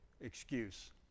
excuse